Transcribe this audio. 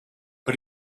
but